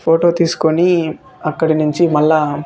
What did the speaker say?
photo తీసుకుని అక్కడ నుంచి మళ్ళా